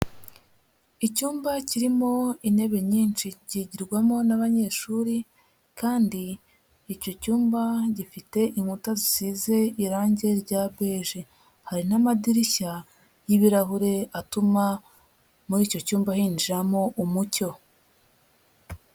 Icyumba kirimo intebe nyinshi kigirwamo n'abanyeshuri kandi icyo cyumba gifite inkuta zisize irange rya beje, hari n'amadirishya y'ibirahure atuma muri icyo cyumba hinjiramo umucyo.